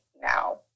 now